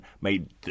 made